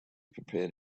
prepared